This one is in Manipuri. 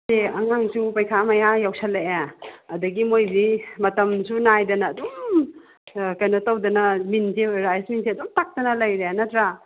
ꯁꯦ ꯑꯉꯥꯡꯁꯨ ꯄꯩꯈꯥ ꯃꯌꯥ ꯌꯧꯁꯜꯂꯛꯑꯦ ꯑꯗꯒꯤ ꯃꯣꯏꯗꯤ ꯃꯇꯝꯁꯨ ꯅꯥꯏꯗꯅ ꯑꯗꯨꯝ ꯀꯩꯅꯣ ꯇꯧꯗꯅ ꯃꯤꯟꯁꯦ ꯔꯥꯏꯁ ꯃꯤꯟꯁꯦ ꯑꯗꯨꯝ ꯇꯛꯇꯅ ꯂꯩꯔꯦ ꯅꯠꯇ꯭ꯔꯥ